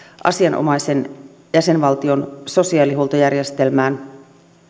asianomaisen jäsenvaltion sosiaalihuoltojärjestelmään